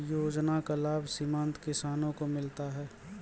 योजना का लाभ सीमांत किसानों को मिलता हैं?